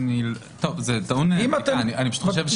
תבדקו.